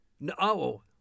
No